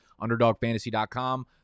Underdogfantasy.com